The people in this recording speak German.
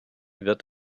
wird